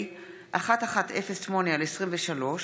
ישיבה ל"ח הישיבה השלושים-ושמונה של הכנסת העשרים-ושלוש